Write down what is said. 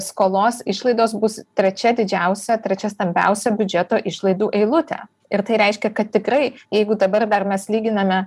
skolos išlaidos bus trečia didžiausia trečia stambiausia biudžeto išlaidų eilutė ir tai reiškia kad tikrai jeigu dabar dar mes lyginame